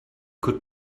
could